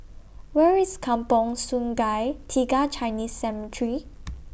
Where IS Kampong Sungai Tiga Chinese Cemetery